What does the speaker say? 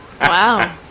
Wow